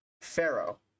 Pharaoh